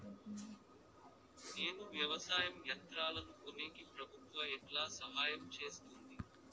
నేను వ్యవసాయం యంత్రాలను కొనేకి ప్రభుత్వ ఎట్లా సహాయం చేస్తుంది?